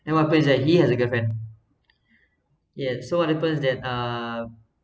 and what happens that he has a girlfriend yeah so what happens that uh